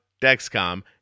Dexcom